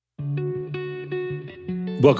Welcome